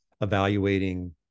evaluating